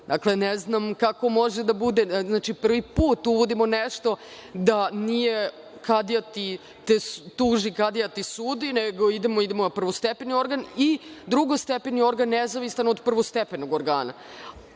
Dakle, ne znam kako može da bude? Prvi put uvodimo nešto da nije kadija te tuži, kadija ti sudi, nego idemo na prvostepeni organ i drugostepeni organ nezavistan od prvostepenog organa,